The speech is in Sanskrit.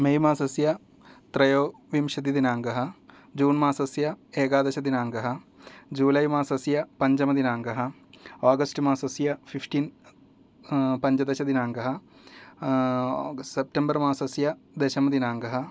मे मासस्य त्रयोविंशतिदिनाङ्कः जून् मासस्य एकादशदिनाङ्कः जूलै मासस्य पञ्चमदिनाङ्कः आगस्ट् मासस्य फिफ्टीन् पञ्चदशदिनाङ्कः सेप्टेम्बर् मासस्य दशमदिनाङ्कः